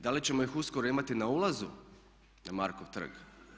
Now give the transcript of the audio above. Da li ćemo ih uskoro imati na ulazu na Markov trg?